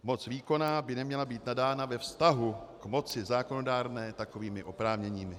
Moc výkonná by neměla být nadána ve vztahu k moci zákonodárné takovými oprávněními.